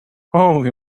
holy